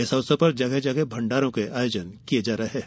इस अवसर पर जगह जगह भण्डारों के आयोजन किये जा रहे हैं